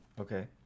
okay